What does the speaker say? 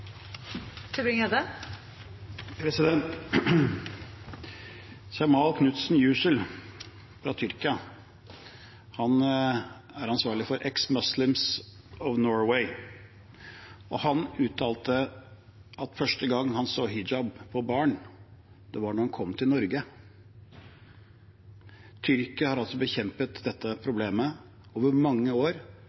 ansvarlig for Ex-Muslims of Norway, og han uttalte at første gang han så hijab på barn, var da han kom til Norge. Tyrkia har altså bekjempet dette problemet over mange år,